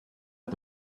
got